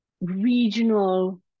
regional